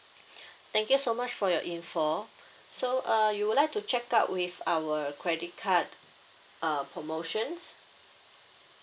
thank you so much for your info so uh you would like to check out with our credit card uh promotions